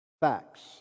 facts